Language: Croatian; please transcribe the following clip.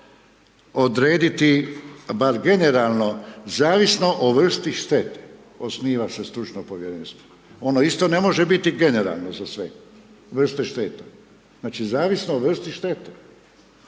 trebalo odrediti bar generalno, zavisno o vrsti štete, osniva se stručno povjerenstvo. Ono isto ne može biti generalno za sve. Vrste šteta. Znači zavisno o vrsti štete.